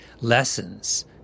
lessons